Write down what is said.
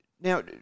Now